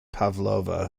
pavlova